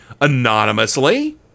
anonymously